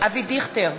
אבי דיכטר,